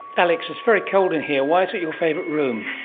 alex, it's very cold in here. why is it your favourite room?